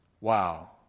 Wow